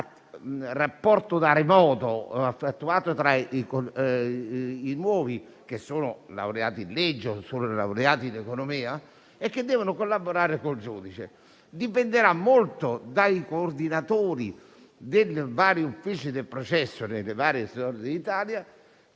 del rapporto da remoto effettuato tra i nuovi, laureati in legge o in economia, che devono collaborare con il giudice. Dipenderà molto dai coordinatori dei vari uffici del processo, nelle varie zone d'Italia,